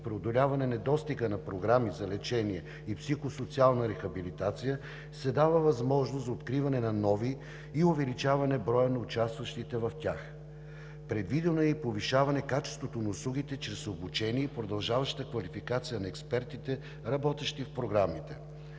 преодоляване недостига на програми за лечение и психосоциална рехабилитация, се дава възможност за откриване на нови и увеличаване броя на участващите в тях. Предвидено е и повишаване качеството на услугите чрез обучение и продължаваща квалификация на експертите, работещи в програмите.